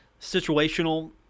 situational